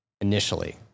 initially